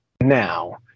now